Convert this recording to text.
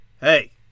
Hey